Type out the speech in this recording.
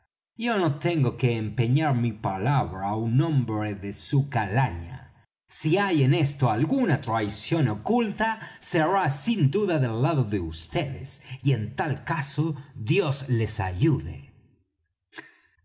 yo no tengo que empeñar mi palabra á un hombre de su calaña si hay en esto alguna traición oculta será sin duda del lado de vds y en tal caso dios les ayude